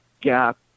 gap